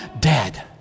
dead